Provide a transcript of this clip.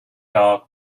dog